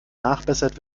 nachbessert